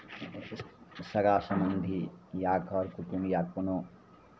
सगा सम्बन्धी या कर कुटुम या कोनो